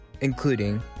including